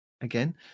again